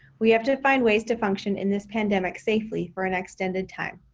we have to find ways to function in this pandemic safely for an extended time.